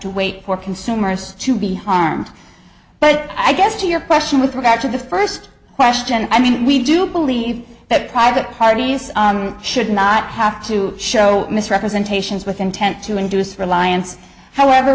to wait for consumers to be harmed but i guess to your question with regard to the first question i mean we do believe that private parties should not have to show misrepresentations with intent to induce reliance however